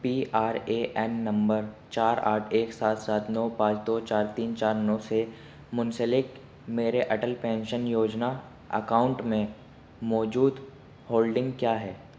P R A N نمبر چار آٹھ ایک سات سات نو پانچ دو چار تین چار نو سے منسلک میرے اٹل پینشن یوجنا اکاؤنٹ میں موجود ہولڈنگ کیا ہے